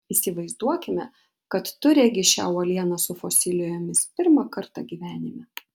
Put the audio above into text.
įsivaizduokime kad tu regi šią uolieną su fosilijomis pirmą kartą gyvenime